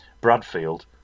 Bradfield